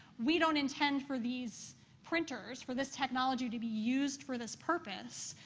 we don't intend for these printers for this technology to be used for this purpose.